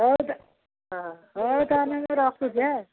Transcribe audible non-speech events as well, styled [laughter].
ହଉ [unintelligible] ହଁ ହଉ ତା'ହେଲେ ମୁଁ ରଖୁଛି [unintelligible]